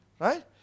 right